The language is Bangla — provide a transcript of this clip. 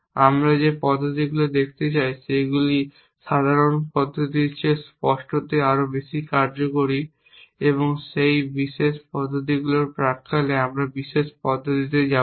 আমরা যে পদ্ধতিগুলি দেখতে চাই সেগুলি সাধারণ পদ্ধতির চেয়ে স্পষ্টতই আরও কার্যকরী সেই বিশেষ পদ্ধতিগুলিকে প্রাক্কালে আমরা বিশেষ পদ্ধতিতে যাব না